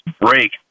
break